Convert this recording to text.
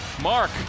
Mark